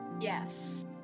Yes